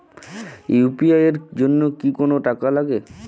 UPI এর জন্য কি কোনো টাকা লাগে?